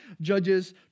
Judges